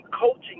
coaching